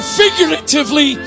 figuratively